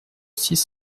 six